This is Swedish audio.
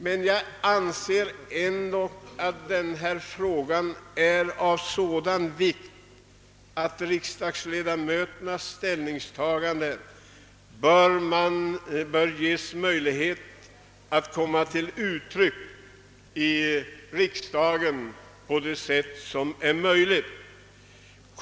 Men jag anser ändå att denna fråga är av sådan vikt, att riksdagsledamöternas ställningstagande bör få möjlighet att komma till uttryck i riksdagen.